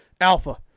Alpha